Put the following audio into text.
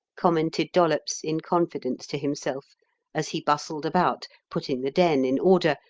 commented dollops in confidence to himself as he bustled about, putting the den in order,